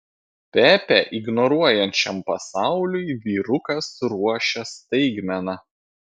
pepę ignoruojančiam pasauliui vyrukas ruošia staigmena